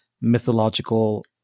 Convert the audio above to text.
mythological